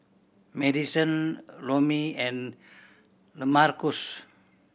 Madisen Romie and Lamarcus